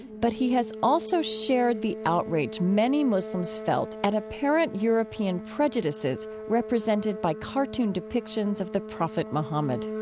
but he has also shared the outrage many muslims felt at apparent european prejudices represented by cartoon depictions of the prophet muhammad